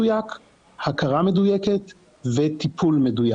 אנחנו נבחן את זה כמובן בצורה מדוקדקת לפני שאנחנו יוצאים לדרך.